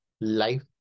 life